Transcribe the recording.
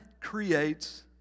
creates